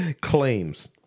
claims